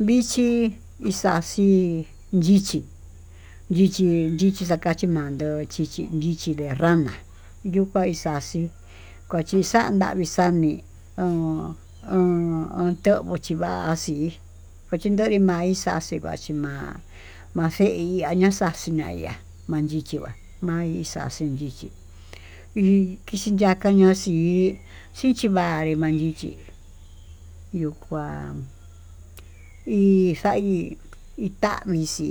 Vichí ixaxi yichí, yichí yichí xa'a kaxhii ma'á nduu chichi ndichi de rana yuu kuai xhaxi kuachin xa'a nravii xa'á uhi on on ontovo chiva'a vachí kuain chivavi maixa'a axii vachí ma'a naxei nii xaxhi ma'a, aya manchichi va'a mai xaxhi mixhí hi kixhi ñaka naxhi hi xhinchi vanri ma'a lichí yuu kuá hi xai itavixhí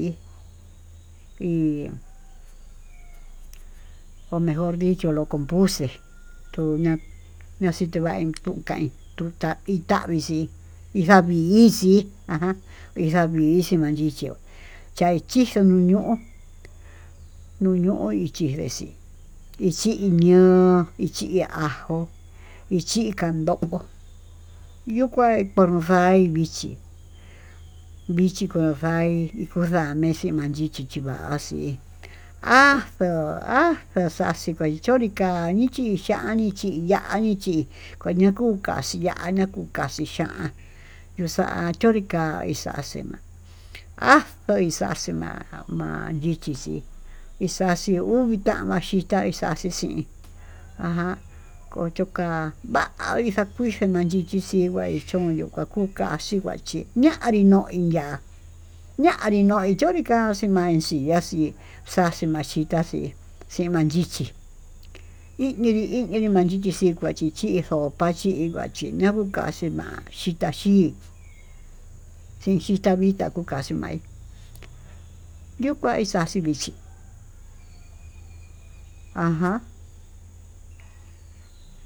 hi, ho mejor dicho lo compuse tuña'a nachituvai nituu tai uta vitaví chí, injavixi ajan injavixi mayichió chai yixuu ñuño'o nuño'o iki vexhi ichi iño'o ini hi ajo ichi kando'ó yuu kuair vuxar ichí, vichí ko'o njaí undamixhi madixhi va'a xhí a'xuu a'xuu xhikuai xhorika nixchi xhanichí iñanichí kuño kuu kaxhiana akuu kachí chian yuxán chonrikai ta'a semana haxoi xaxhema'a ma'a yichixi ixaxhi uu mitamaxhi chitá ixaxhi xín ajan kocho ka'a, akuani xakuxhio makuii chixhi kue chonió kukaxhi kuá che'e anrinoi ya'á ñanrino'i chunrika hai maixhiñaxhi, xaxhi maxhitaxi xin mayichí inirí inirí maxichí kue kuachichi sopa chína kukaxhi ma'á xhitaxi xhin xhita vitá kuu kaxhi ma'í yuu kuanti vexhitaxi aján.